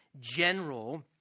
general